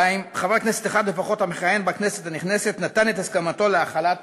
2. חבר כנסת אחד לפחות המכהן בכנסת הנכנסת נתן את הסכמתו להחלת